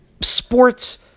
sports